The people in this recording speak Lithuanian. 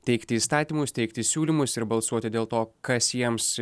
teikti įstatymus teikti siūlymus ir balsuoti dėl to kas jiems